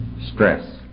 stress